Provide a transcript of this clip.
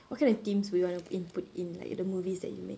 what kind of themes would you want to input in like the movies that you make